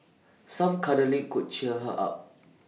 some cuddling could cheer her up